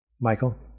Michael